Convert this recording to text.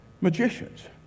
magicians